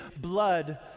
blood